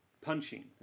punching